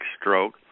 Stroke